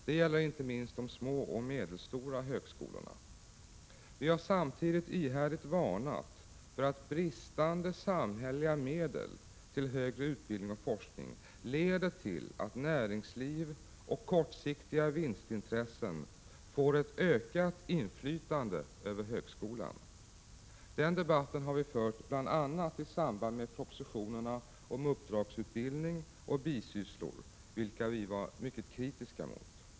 Det gäller inte minst de små och medelstora högskolorna. Vi har samtidigt ihärdigt varnat för att bristande samhälleliga medel till högre utbildning och forskning leder till att näringsliv och kortsiktiga vinstintressen får ett ökat inflytande över högskolan. Den debatten har vi fört bl.a. i samband med propositionerna om uppdragsutbildning och bisysslor, vilka vi var mycket kritiska mot.